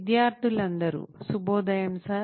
విద్యార్థులందరూ శుభోదయం సార్